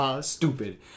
Stupid